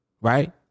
right